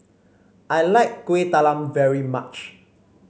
I like Kuih Talam very much